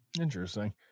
interesting